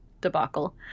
debacle